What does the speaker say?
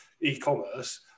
e-commerce